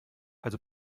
also